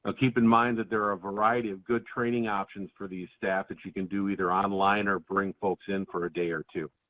ah keep in mind that there are a variety of good training options for these staff that you can do either online or bring folks in for a day or two.